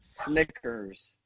Snickers